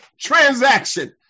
transaction